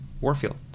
Warfield